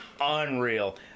Unreal